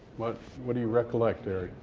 what what do you recollect, eric?